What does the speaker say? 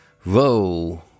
Whoa